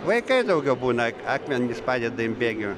vaikai daugiau būna akmenys padeda in bėgio